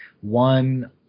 one